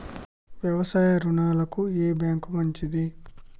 వ్యవసాయ రుణాలకు ఏ బ్యాంక్ మంచిది?